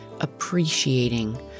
appreciating